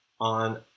on